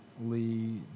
Lee